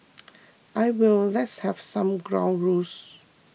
I will let's have some ground rules